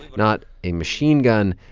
not a machine gun,